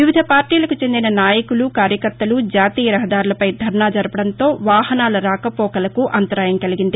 వివిధ పార్టీలకు చెందిన నాయకులు కార్యకర్తలు జాతీయ రహదారులపై ధర్నా జరపడంతో వాహనాల రాకపోకలు నిలిచిపోయాయి